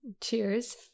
cheers